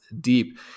deep